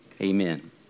Amen